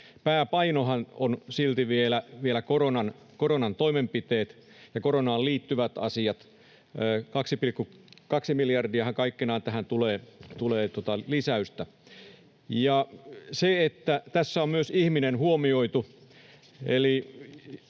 pääpaino on silti vielä koronan toimenpiteissä ja koronaan liittyvissä asioissa. 2,2 miljardiahan kaikkenaan tähän tulee lisäystä. Tässä on huomioitu